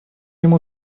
ему